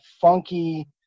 funky